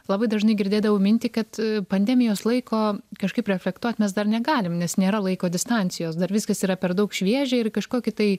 labai dažnai girdėdavau mintį kad pandemijos laiko kažkaip reflektuot mes dar negalim nes nėra laiko distancijos dar viskas yra per daug šviežia ir kažkokį tai